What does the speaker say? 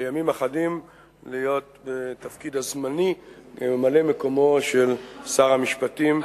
לימים אחדים להיות בתפקיד הזמני ממלא-מקומו של שר המשפטים,